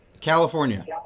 California